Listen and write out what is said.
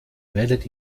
werdet